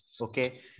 Okay